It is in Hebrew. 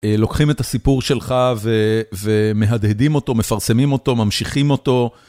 לוקחים את הסיפור שלך ומהדהדים אותו, מפרסמים אותו, ממשיכים אותו.